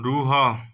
ରୁହ